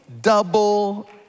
double